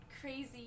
crazy